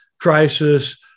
crisis